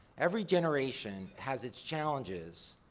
every generation has its challenges,